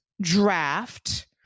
draft